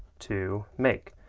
to make.